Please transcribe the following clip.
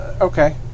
Okay